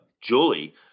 Julie